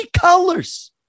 colors